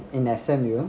in S_M_U